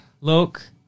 Look